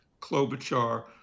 Klobuchar